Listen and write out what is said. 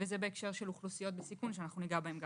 וזה בהקשר של אוכלוסיות בסיכון שניגע בהן בהמשך.